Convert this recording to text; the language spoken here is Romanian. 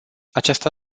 aceasta